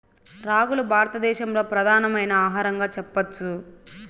రాగులు భారత దేశంలో ప్రధానమైన ఆహారంగా చెప్పచ్చు